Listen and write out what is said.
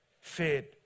fed